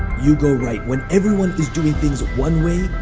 you go right. when everyone is doing things one way,